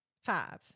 five